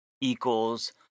equals